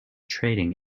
trading